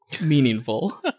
meaningful